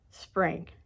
spring